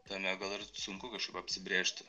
tame gal ir sunku kažkaip apsibrėžti